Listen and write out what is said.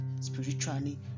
spiritually